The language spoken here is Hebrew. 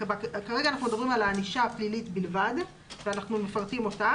כרגע אנחנו מדברים על הענישה הפלילית בלבד ואנחנו מפרטים אותה,